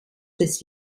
des